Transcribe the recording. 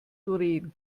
doreen